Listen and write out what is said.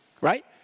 right